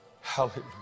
Hallelujah